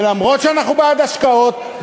ואף שאנחנו בעד השקעות,